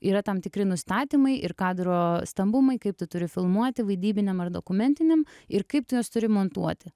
yra tam tikri nustatymai ir kadro stambumui kaip tu turi filmuoti vaidybiniame dokumentiniam ir kaip tu juos turi montuoti